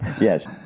Yes